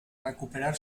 recuperar